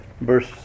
verse